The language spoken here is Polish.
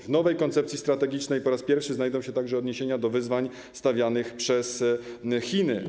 W nowej koncepcji strategicznej po raz pierwszy znajdą się także odniesienia do wyzwań stawianych przez Chiny.